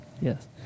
Yes